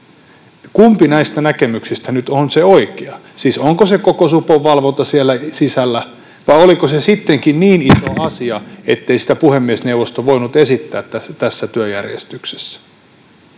Kumpi näistä näkemyksistä nyt on se oikea? Siis onko se koko supon valvonta siellä sisällä, vai oliko se sittenkin niin iso asia, ettei sitä puhemiesneuvosto voinut esittää tässä työjärjestyksessä?